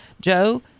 Joe